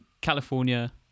California